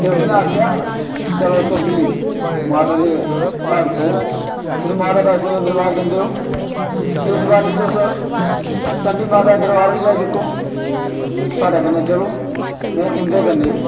ते उसने आखेआ चलो तुस बी माता दे भगत ओ तुस माता वैष्णो दे दरबार जन्दे ओ इस बारी तुस चंडी माता दरबार बी जाई दिक्खो साढ़े कन्नै चलो में उंटदे कन्नै